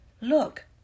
look